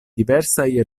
diversaj